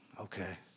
Okay